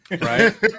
right